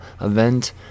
event